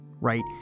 right